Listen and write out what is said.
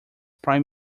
prime